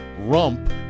Rump